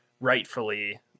rightfully